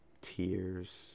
tears